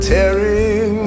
Tearing